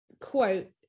quote